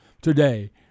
today